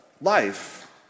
life